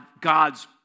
God's